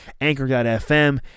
Anchor.fm